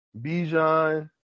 Bijan